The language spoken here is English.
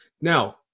Now